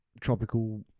tropical